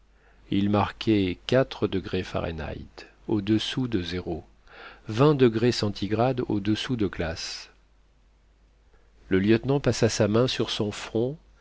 il marquait quatre degrés fahrenheit au-dessous de zéro le lieutenant passa sa main sur son front